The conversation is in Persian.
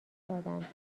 دادند